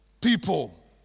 people